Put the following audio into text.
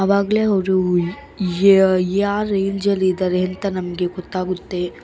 ಅವಾಗಲೇ ಅವರು ಯಾವ ರೇಂಜಲ್ಲಿ ಇದ್ದಾರೆ ಅಂತ ನಮಗೆ ಗೊತ್ತಾಗುತ್ತೆ